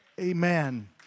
Amen